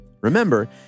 Remember